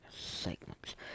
segments